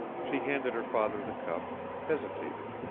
she handed her father the cup, hesitated,